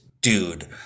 dude